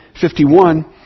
51